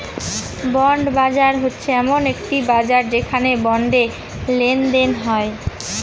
bond বাজার হচ্ছে এমন একটি বাজার যেখানে বন্ডে লেনদেন হয়